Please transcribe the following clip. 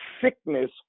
sickness